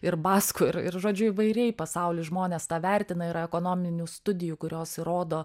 ir baskų ir ir žodžiu įvairiai pasauly žmonės tą vertina yra ekonominių studijų kurios įrodo